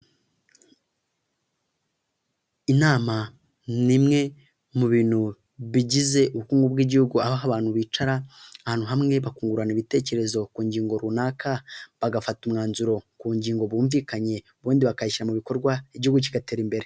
Inama ni imwe mu bintu bigize ubukungu bw'igihugu aho abantu bicara ahantu hamwe bakungurana ibitekerezo ku ngingo runaka, bagafata umwanzuro ku ngingo bumvikanye ubundi bakayishyira mu bikorwa igihugu kigatera imbere.